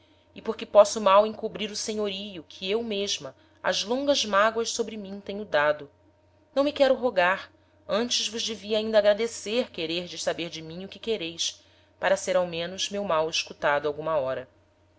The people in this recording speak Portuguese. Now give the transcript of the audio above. e porque posso mal encobrir o senhorio que eu mesma ás longas mágoas sobre mim tenho dado não me quero rogar antes vos devia ainda agradecer quererdes saber de mim o que quereis para ser ao menos meu mal escutado alguma hora